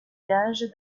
gage